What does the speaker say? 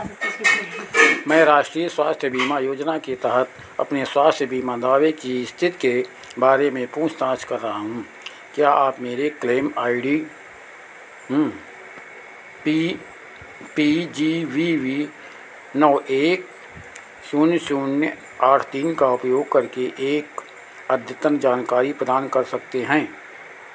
मैं राष्ट्रीय स्वास्थ्य बीमा योजना के तहत अपने स्वास्थ्य बीमा दावे की स्थिति के बारे में पूछ ताछ कर रहा हूँ क्या आप मेरे claim I D P P G V V नौ एक शून्य शून्य आठ तीन का उपयोग करके एक अद्यतन जानकारी प्रदान कर सकते हैं